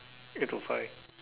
eight to five